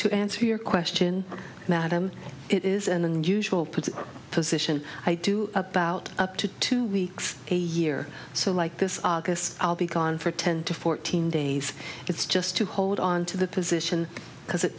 to answer your question madam it is an unusual put position i do about up to two weeks a year so like this august i'll be gone for ten to fourteen days it's just to hold on to the position because it